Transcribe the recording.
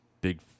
big